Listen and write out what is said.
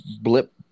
blip